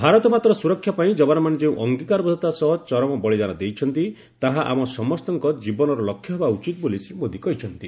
ଭାରତମାତାର ସୁରକ୍ଷା ପାଇଁ ଯବାନମାନେ ଯେଉଁ ଅଙ୍ଗିକାରବଦ୍ଧତା ସହ ଚରମ ବଳିଦାନ ଦେଇଛନ୍ତି ତାହା ଆମ ସମସ୍ତଙ୍କର ଜୀବନର ଲକ୍ଷ୍ୟ ହେବା ଉଚିତ ବୋଲି ଶ୍ରୀ ମୋଦୀ କହିଛନ୍ତି